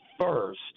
first